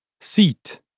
Seat